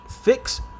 fix